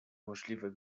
możliwe